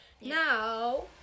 now